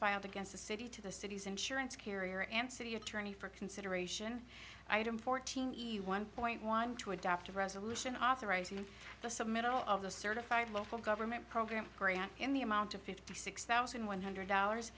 filed against the city to the city's insurance carrier and city attorney for consideration fourteen easy one point one to adopt a resolution authorizing the some of the certified local government programs in the amount of fifty six thousand one hundred dollars